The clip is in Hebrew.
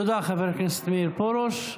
תודה, חבר הכנסת מאיר פרוש.